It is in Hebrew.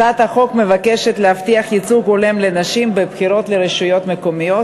הצעת החוק מבקשת להבטיח ייצוג הולם לנשים בבחירות לרשויות מקומיות,